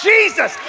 Jesus